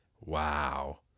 Wow